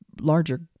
larger